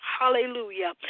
Hallelujah